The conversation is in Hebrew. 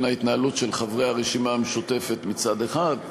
ההתנהלות של חברי הרשימה המשותפת מצד אחד,